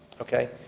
okay